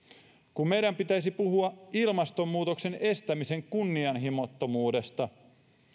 kun meidän pitäisi puhua ilmastonmuutoksen estämisen kunnianhimottomuudesta